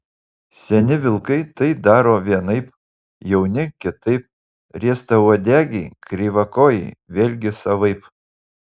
seni vilkai tai daro vienaip jauni kitaip riestauodegiai kreivakojai vėlgi savaip